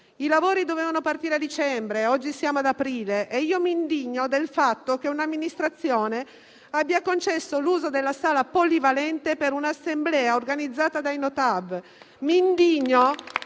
I lavori dovevano partire a dicembre, oggi siamo ad aprile e mi indigno del fatto che un'amministrazione abbia concesso l'uso della sala polivalente per un'assemblea organizzata dai no TAV.